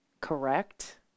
correct